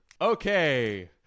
Okay